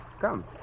Come